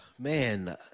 Man